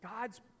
God's